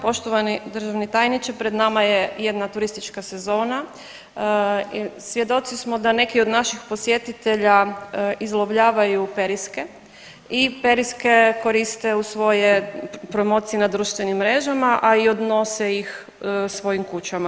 Poštovani državni tajniče pred nama je jedna turistička sezona i svjedoci smo da neki od naših posjetitelja izlovljavaju periske i periske koriste u svoje promocije na društvenim mrežama, a i odnose ih svojim kućama.